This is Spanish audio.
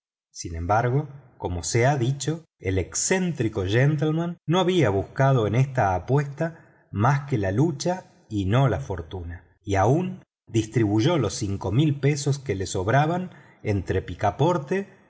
sin embargo como se ha dicho el excéntrico gentleman no había buscado en esta apuesta más que la lucha y no la fortuna y aun distribuyó las mil libras que le sobraban entre picaporte